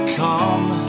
come